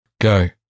go